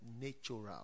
Natural